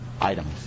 items